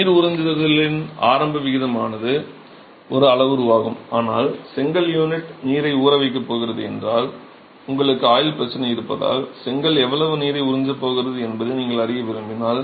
நீர் உறிஞ்சுதலின் ஆரம்ப விகிதமானது ஒரு அளவுருவாகும் ஆனால் செங்கல் யூனிட் நீரை ஊறவைக்கப் போகிறது என்றால் உங்களுக்கு ஆயுள் பிரச்சனை இருப்பதால் செங்கல் எவ்வளவு நீரை உறிஞ்சப் போகிறது என்பதை நீங்கள் அறிய விரும்பினால்